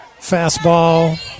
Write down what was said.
fastball